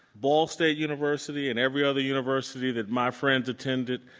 ball state university and every other university that my friends attended,